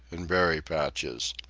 and berry patches.